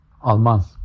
Alman